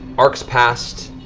arcs past,